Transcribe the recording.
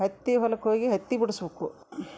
ಹತ್ತಿ ಹೊಲಕ್ಕೆ ಹೋಗಿ ಹತ್ತಿ ಬಿಡಸ್ಬಕು